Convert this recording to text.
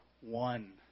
one